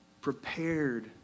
prepared